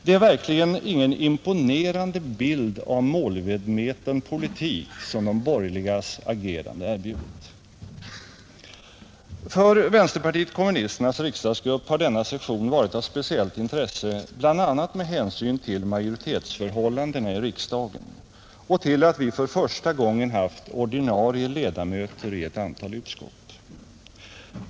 Det är verkligen ingen imponerande bild av målmedveten politik som de borgerligas agerande erbjudit. För vänsterpartiet kommunisternas riksdagsgrupp har denna session varit av speciellt intresse bl.a. med hänsyn till majoritetsförhållandena i riksdagen och till att vi för första gången haft ordinarie ledamöter i ett antal utskott.